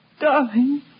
darling